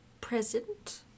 present